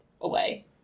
away